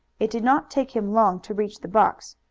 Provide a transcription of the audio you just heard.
it did not take him long to reach the box,